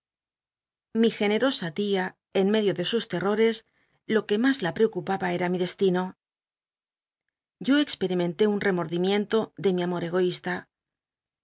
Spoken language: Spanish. llli generosa tia en medio de sus terrores jo que mas la l l'cocupaba era mi destino yo experimenté un remotdimicnto de mi amor egoísta